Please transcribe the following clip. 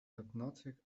hypnotic